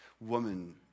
woman